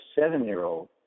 seven-year-old